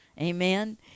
Amen